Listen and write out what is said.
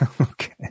Okay